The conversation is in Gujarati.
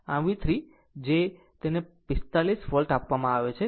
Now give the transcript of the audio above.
આમ V3 તેને 45 વોલ્ટ આપવામાં આવે છે